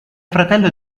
fratello